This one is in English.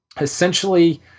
essentially